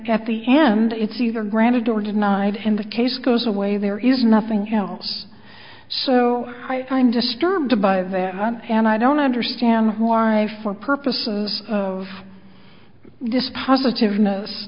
at the end it's either granted or denied and the case goes away there is nothing else so i'm disturbed by that and i don't understand why for purposes of dispositive no